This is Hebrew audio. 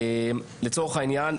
לצורך העניין,